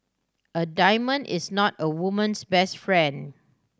a diamond is not a woman's best friend